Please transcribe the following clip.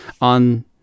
on